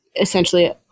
essentially